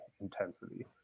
intensity